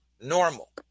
normal